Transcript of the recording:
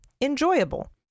enjoyable